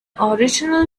original